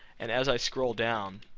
and as i scroll down,